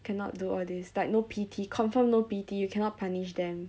cannot do all this like no P_T confirm no P_T you cannot punish them